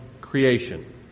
creation